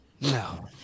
No